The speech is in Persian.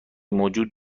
موجود